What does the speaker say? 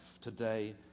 today